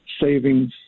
savings